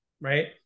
right